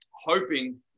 hoping